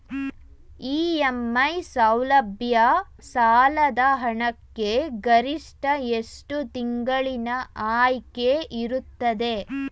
EMI ಸೌಲಭ್ಯ ಸಾಲದ ಹಣಕ್ಕೆ ಗರಿಷ್ಠ ಎಷ್ಟು ತಿಂಗಳಿನ ಆಯ್ಕೆ ಇರುತ್ತದೆ?